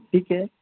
ठीक आहे